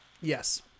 Yes